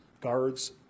guards